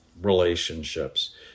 relationships